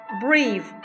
breathe